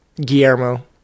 Guillermo